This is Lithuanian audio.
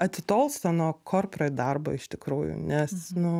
atitolsta nuo korporet darbo iš tikrųjų nes nu